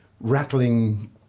rattling